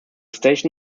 station